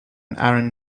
aaron